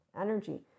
energy